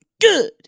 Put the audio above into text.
Good